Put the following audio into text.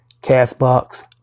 CastBox